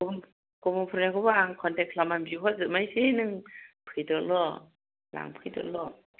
गुबुन गुबुनफोरनिखौबो आं कनटेक्ट खालामना बिहरजोबनाोसै नों फैदोल' लांफैदोल'